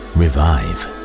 revive